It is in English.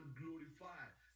glorified